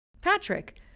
Patrick